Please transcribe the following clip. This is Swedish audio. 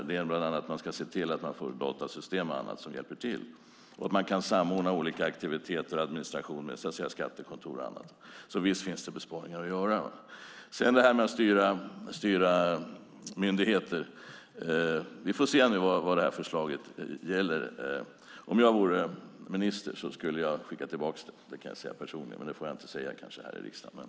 Det gäller bland annat att man får datasystem och annat som hjälper till och att man kan samordna olika aktiviteter, administrationer, skattekontor och annat. Visst finns det besparingar att göra. När det gäller att styra myndigheter får vi se vad förslaget gäller. Om jag vore minister skulle jag skicka tillbaka det. Det skulle jag säga personligen, men det får jag kanske inte säga här i riksdagen.